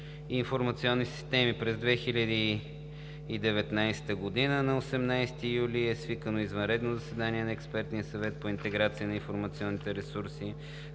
информационни системи. На 18 юли 2019 г. е свикано извънредно заседание на Експертния съвет по интеграция на информационните ресурси.